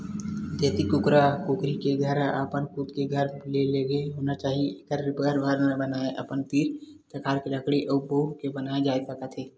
देसी कुकरा कुकरी के घर ह अपन खुद के घर ले लगे होना चाही एखर घर बनाए बर अपने तीर तखार के लकड़ी ल बउर के बनाए जा सकत हे